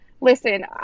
Listen